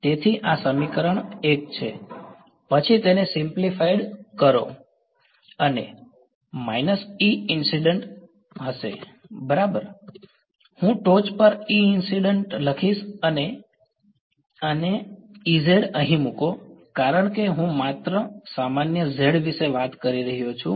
તેથી આ સમીકરણ 1 છે પછી તેને સિમ્પ્લિફાઈડ કરો અને એ માઈનસ E ઈન્સિડ્ન્ટ બરાબર હશે હું ટોચ પર E ઈન્સિડ્ન્ટ લખીશ અને a z અહીં મૂકો કારણ કે હું માત્ર સામાન્ય z વિશે વાત કરી રહ્યો છું